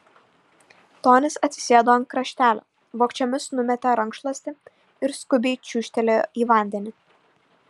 tonis atsisėdo ant kraštelio vogčiomis numetė rankšluostį ir skubiai čiūžtelėjo į vandenį